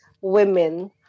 women